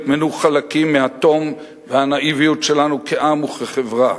נטמנו חלקים מהתום והנאיביות שלנו כעם וכחברה,